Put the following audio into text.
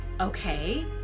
okay